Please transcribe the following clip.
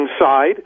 inside